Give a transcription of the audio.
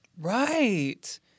Right